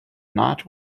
not